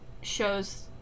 shows